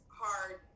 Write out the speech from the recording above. hard